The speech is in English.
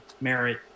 merit